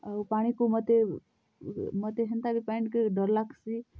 ଆଉ ପାଣିକୁ ମୋତେ ମୋତେ ହେନ୍ତାବି ପାଏନ୍ କେ ଡ଼ର୍ ଲାଗସି